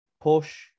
push